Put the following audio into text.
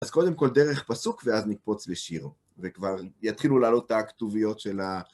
אז קודם כל, דרך פסוק, ואז נקפוץ לשיר, וכבר יתחילו לעלות הכתוביות של ה...